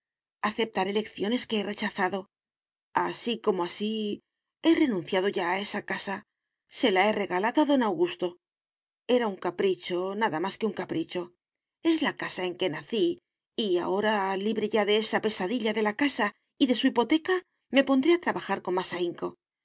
aceptaré lecciones que he rechazado así como así he renunciado ya a esa casa se la he regalado a don augusto era un capricho nada más que un capricho es la casa en que nací y ahora libre ya de esa pesadilla de la casa y de su hipoteca me pondré a trabajar con más ahinco